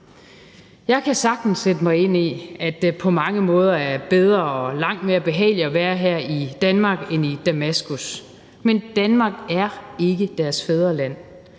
Jeg kan sagtens sætte mig ind i, at det på mange måder er bedre og langt mere behageligt at være her i Danmark end i Damaskus, men Danmark er ikke deres fædreland.